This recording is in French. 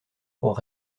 pour